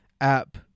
app